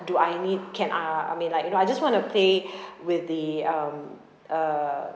do I need can uh I mean like you know I just want to play with the um uh